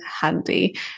handy